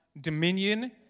dominion